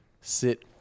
sit